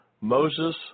Moses